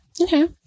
Okay